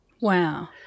Wow